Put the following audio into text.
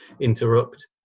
interrupt